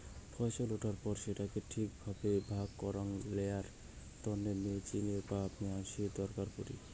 ফছল উঠার পর সেটাকে ঠিক ভাবে ভাগ করাং লেয়ার তন্নে মেচিনের বা মানসির দরকার পড়ি